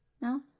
No